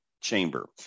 chamber